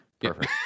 perfect